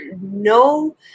no